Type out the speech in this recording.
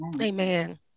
Amen